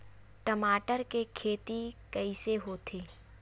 टमाटर के खेती कइसे होथे?